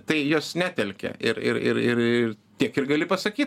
tai jos netelkia ir ir ir ir tiek ir gali pasakyti